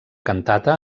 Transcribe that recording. cantata